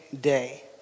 day